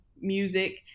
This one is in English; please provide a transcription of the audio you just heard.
music